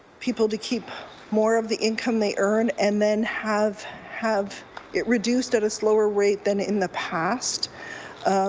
people to keep more of the income they learn and then have have it reduced at a slower rate than in the past